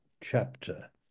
chapter